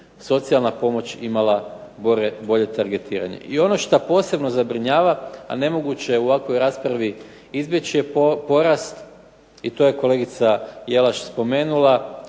socijalna pomoć imala bolje targetiranje. I ono što posebno zabrinjava, a nemoguće je u ovakvoj raspravi izbjeći je porast, i to je kolegica Jelaš spomenula,